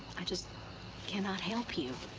i just cannot help you.